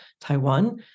Taiwan